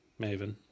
Maven